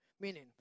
Meaning